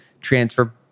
transfer